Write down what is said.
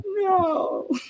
No